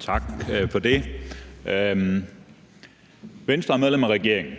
Tak for det. Venstre er medlem af regeringen;